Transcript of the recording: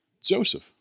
Joseph